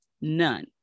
None